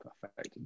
Perfect